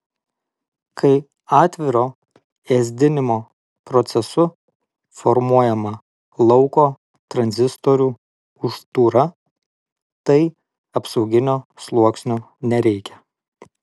kai atviro ėsdinimo procesu formuojama lauko tranzistorių užtūra tai apsauginio sluoksnio nereikia